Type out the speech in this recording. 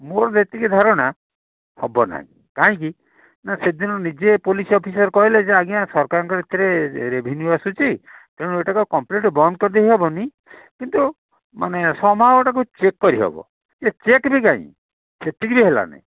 ମୋର ଯେତିକି ଧାରଣା ହବ ନାହିଁ କାହିଁକି ନା ସେଦିନ ନିଜେ ପୋଲିସ୍ ଅଫିସର୍ କହିଲେ ଯେ ଆଜ୍ଞା ସରକାରଙ୍କ ଏଥିରେ ରେଭେନ୍ୟୁ ଆସୁଛି ତେଣୁ ଏଇଟାକ କମ୍ପଲିଟ୍ ବନ୍ଦ କରିଦେଇ ହବନି କିନ୍ତୁ ମାନେ ସମ୍ ହାଓ ସେଟାକୁ ଚେକ୍ କରିହବ ସେ ଚେକ୍ ବି କାହିଁ ସେତିକି ବି ହେଲାନି